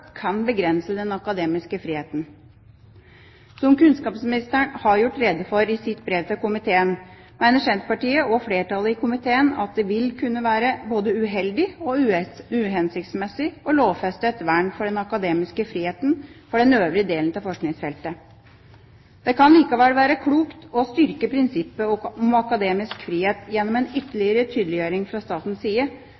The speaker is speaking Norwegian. kan begrense den akademiske friheten. Som kunnskapsministeren har gjort rede for i sitt brev til komiteen, mener Senterpartiet og flertallet i komiteen at det vil kunne være både uheldig og uhensiktsmessig å lovfeste et vern for den akademiske friheten for den øvrige delen av forskningsfeltet. Det kan likevel være klokt å styrke prinsippet om akademisk frihet gjennom en